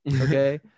okay